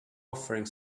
offering